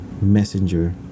messenger